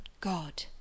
God